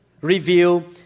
review